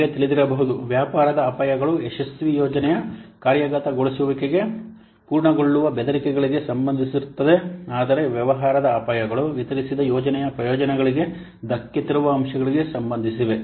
ನಿಮಗೆ ತಿಳಿದಿರಬಹುದು ವ್ಯಾಪಾರದ ಅಪಾಯಗಳು ಯಶಸ್ವಿ ಯೋಜನೆಯ ಕಾರ್ಯಗತಗೊಳಿಸುವಿಕೆಗೆ ಪೂರ್ಣಗೊಳ್ಳುವ ಬೆದರಿಕೆಗಳಿಗೆ ಸಂಬಂಧಿಸಿರುತ್ತವೆ ಆದರೆ ವ್ಯವಹಾರದ ಅಪಾಯಗಳು ವಿತರಿಸಿದ ಯೋಜನೆಯ ಪ್ರಯೋಜನಗಳಿಗೆ ಧಕ್ಕೆ ತರುವ ಅಂಶಗಳಿಗೆ ಸಂಬಂಧಿಸಿವೆ